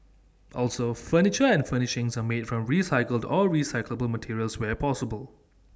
also furniture and furnishings are made from recycled or recyclable materials where possible